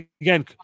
again